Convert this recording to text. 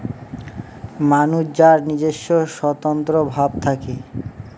মানুষ যার নিজস্ব স্বতন্ত্র ভাব থাকে